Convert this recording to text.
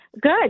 good